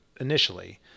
initially